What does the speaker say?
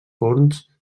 forns